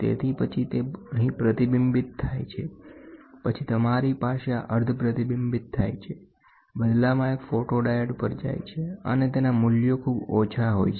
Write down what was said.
તેથી પછી તે અહીં પ્રતિબિંબિત થાય છે પછી તમારી પાસે આ અર્ધ પ્રતિબિંબિત થાય છે બદલામાં એક ફોટો ડાયોડ પર જાય છે અને તેના મૂલ્યો ખૂબ ઓછા હોય છે